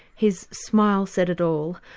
his smile said it all.